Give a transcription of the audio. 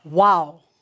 Wow